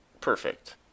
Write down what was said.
Perfect